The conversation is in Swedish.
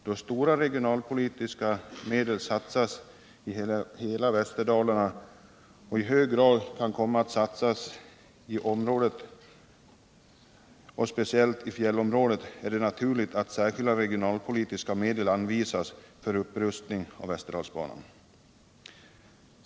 Då stora regionalpolitiska medel satsats i hela Västerdalarna och i än högre grad kan komma att satsas i området och speciellt i fjällområdet, är det naturligt att särskilda regionalpolitiska medel anvisas för upprustning av Västerdalsbanan.